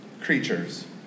creatures